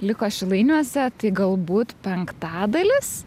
liko šilainiuose tai galbūt penktadalis